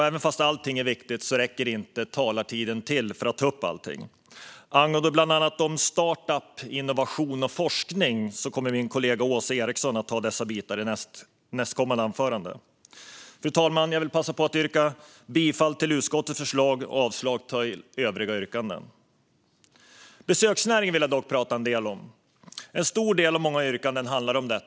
Även om allt är viktigt räcker inte talartiden för att ta upp allt. Min kollega Åsa Eriksson kommer senare att ta upp startup-företag, innovation och forskning. Fru talman! Jag vill passa på att yrka bifall till utskottets förslag och avslag på övriga yrkanden. Jag vill prata lite grann om besöksnäringen. En stor del och många yrkanden handlar om den.